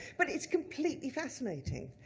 but it's completely fascinating.